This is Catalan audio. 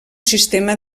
sistema